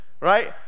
right